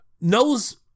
knows